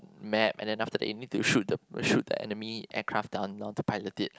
map and then after that you need to shoot the shoot the enemy aircraft down in order to pilot it